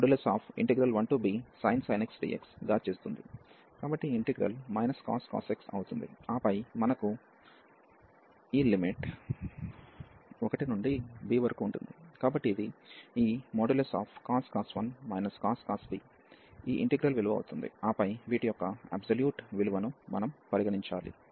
కాబట్టి ఈ integral cos x అవుతుంది ఆపై మనకు ఈ లిమిట్ 1 నుండి b వరకు ఉంటుంది కాబట్టి ఇది ఈ cos 1 cos b ఈ ఇంటిగ్రల్ విలువ అవుతుంది ఆపై వీటి యొక్క అబ్సొల్యూట్ విలువను మనం పరిగణించాలి